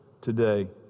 today